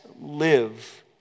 live